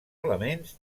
elements